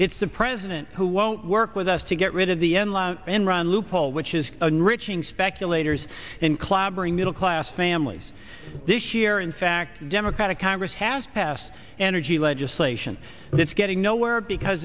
it's the president who won't work with us to get rid of the endless enron loophole which is an rich ng speculators and clobbering middle class families this year in fact democratic congress has passed energy legislation but it's getting nowhere because